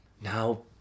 Now